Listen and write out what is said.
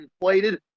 inflated